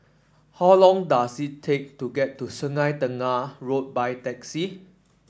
how long does it take to get to Sungei Tengah Road by taxi